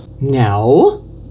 No